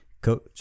coach